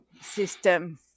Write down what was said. system